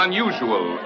Unusual